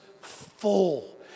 full